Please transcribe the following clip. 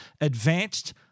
advanced